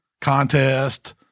contest